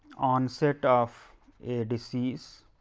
onset of a disease